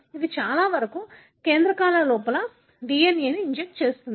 ఇది చాలావరకు కేంద్రకాల లోపల DNA ని ఇంజెక్ట్ చేస్తుంది